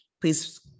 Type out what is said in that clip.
Please